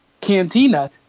Cantina